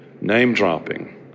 name-dropping